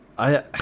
i i